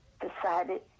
decided